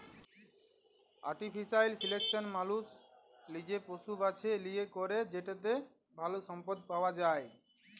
artificial selection মালুস লিজে পশু বাছে লিয়ে ক্যরে যেটতে ভাল সম্পদ পাউয়া যায়